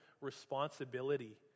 responsibility